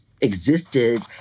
existed